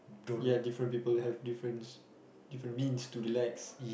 ya different people have difference different means to relax